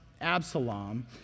Absalom